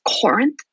Corinth